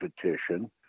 petition